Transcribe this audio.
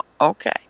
okay